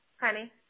Honey